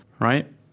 right